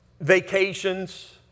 vacations